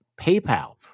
PayPal